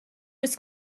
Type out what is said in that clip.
was